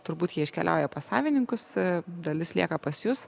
turbūt jie iškeliauja pas savininkus dalis lieka pas jus